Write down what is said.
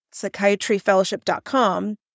psychiatryfellowship.com